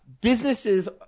Businesses